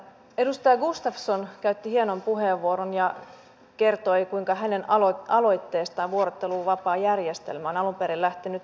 edustaja gustafsson käytti hienon puheenvuoron ja kertoi kuinka hänen aloitteestaan vuorotteluvapaajärjestelmä on alun perin lähtenyt liikkeelle